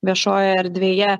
viešojoje erdvėje